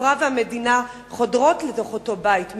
החברה והמדינה חודרות לתוך אותו בית,